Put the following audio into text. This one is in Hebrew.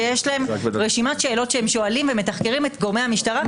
שיש להם רשימת שאלות שהם שואלים ומתחקרים את גורמי המשטרה.